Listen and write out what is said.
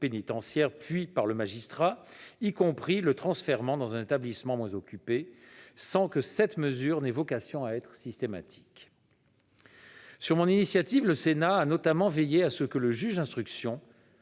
puis par le magistrat, y compris le transfèrement dans un établissement moins occupé, sans que cette mesure ait vocation à être systématique. Sur mon initiative, le Sénat a notamment veillé à ce que le juge d'instruction,